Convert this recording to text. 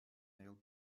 nail